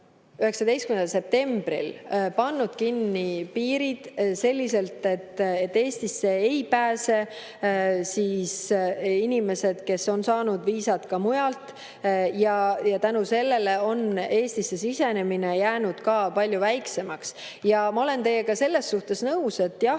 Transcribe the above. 19. septembril pannud kinni piirid selliselt, et Eestisse ei pääse inimesed, kes on saanud viisad ka mujalt, ja tänu sellele on Eestisse sisenemine jäänud palju vähemaks. Ma olen teiega selles suhtes nõus, et jah,